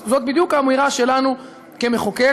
אז זאת בדיוק האמירה שלנו כמחוקק.